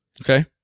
Okay